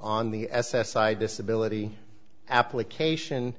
on the s s i disability application